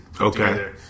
Okay